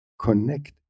connect